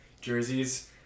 jerseys